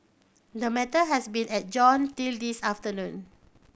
the matter has been adjourned till this afternoon